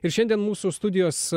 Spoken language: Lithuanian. ir šiandien mūsų studijos